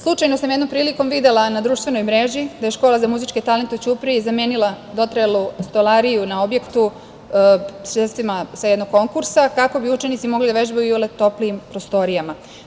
Slučajno sam jednom prilikom videla na društvenoj mreži da je škola za muzičke talente u Ćupriji zamenila dotrajalu stolariju na objektu sredstvima sa jednog konkursa kako bi učenici mogli da vežbaju u toplijim prostorijama.